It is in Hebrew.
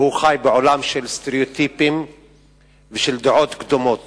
והוא חי בעולם של סטריאוטיפים ושל דעות קדומות.